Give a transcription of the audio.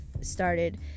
started